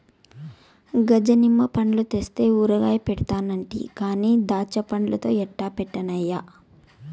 గజ నిమ్మ పండ్లు తెస్తే ఊరగాయ పెడతానంటి కానీ దాచ్చాపండ్లతో ఎట్టా పెట్టన్నయ్యా